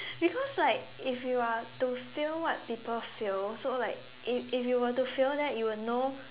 because like if you are to feel what people feel so like if if you were to feel that you would know